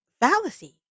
fallacy